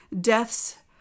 Deaths